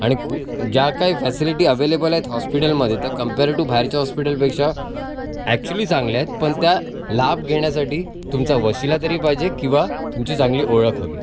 आणि कु ज्या काही फॅसिलिटी अव्हेलेबल आहेत हॉस्पिटलमध्ये त्या कंपेयर टू बाहेरच्या हॉस्पिटलपेक्षा अॅक्च्युअली चांगल्या आहेत पण त्या लाभ घेण्यासाठी तुमचा वशिला तरी पाहिजे किंवा तुमची चांगली ओळख हवी